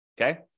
Okay